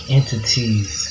entities